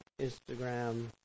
Instagram